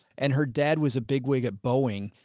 and her dad was a big wig at boeing,